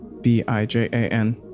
B-I-J-A-N